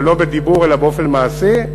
אבל לא בדיבור אלא באופן מעשי.